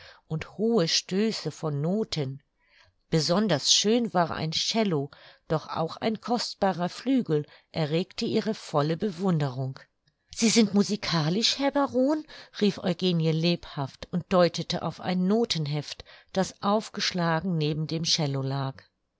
und hohe stöße von noten besonders schön war ein cello doch auch ein kostbarer flügel erregte ihre volle bewunderung sie sind musikalisch herr baron rief eugenie lebhaft und deutete auf ein notenheft das aufgeschlagen neben dem cello lag